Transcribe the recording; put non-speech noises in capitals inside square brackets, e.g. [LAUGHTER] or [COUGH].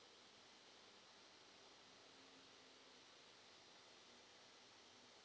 [BREATH]